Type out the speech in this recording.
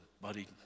buddy